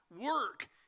work